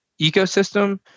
ecosystem